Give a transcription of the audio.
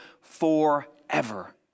forever